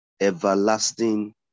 everlasting